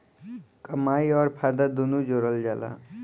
कमाई अउर फायदा दुनू जोड़ल जला